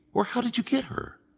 or how did you get her?